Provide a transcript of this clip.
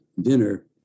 dinner